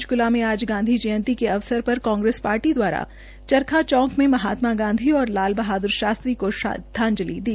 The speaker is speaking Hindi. पंचकूला में आज गांधी जयंती के अवसर पर कांग्रेस पार्टी द्वारा चरखा चौक में महात्मा गांधी और लाल बहाद्र शास्त्री को श्रद्वांजलि दी